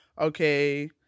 okay